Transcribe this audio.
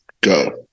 go